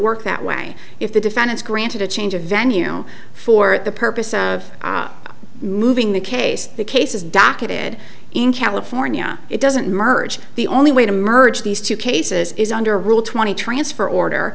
work that way if the defendants granted a change of venue for the purposes of moving the case the cases docketed in california it doesn't merge the only way to merge these two cases is under rule twenty transfer order